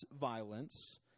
violence